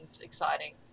exciting